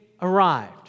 arrived